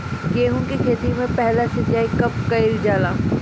गेहू के खेती मे पहला सिंचाई कब कईल जाला?